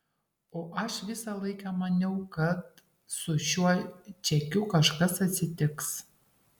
o aš visą laiką maniau kad su šiuo čekiu kažkas atsitiks